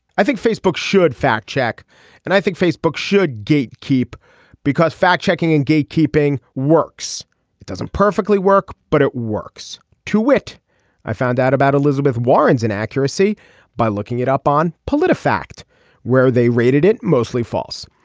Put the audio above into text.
i think facebook should fact check and i think facebook should gate keep because fact checking and gatekeeping works it doesn't perfectly work but it works. to wit i found out about elizabeth warren's inaccuracy by looking it up on politifact where they rated it mostly false.